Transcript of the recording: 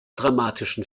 dramatischen